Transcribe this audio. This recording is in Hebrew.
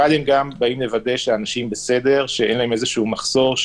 אבל הם גם באים לוודא שהאנשים בסדר ואין להם איזשהו מחסור.